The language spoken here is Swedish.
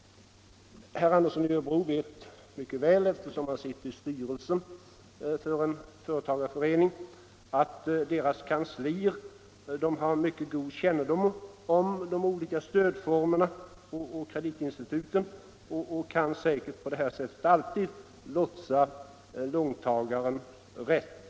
Herr Andersson i Örebro vet mycket väl, eftersom han sitter i styrelsen för en företagarförening, att föreningarnas kanslier har mycket god kännedom om de olika stödformerna och kreditinstituten och säkert kan lotsa låntagaren rätt.